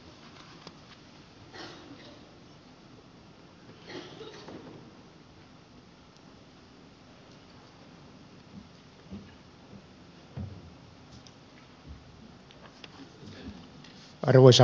arvoisa puhemies